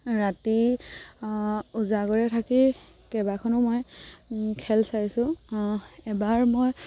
ৰাতি ওজাগৰে থাকি কেইবাখনো মই খেল চাইছোঁ এবাৰ মই